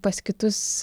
pas kitus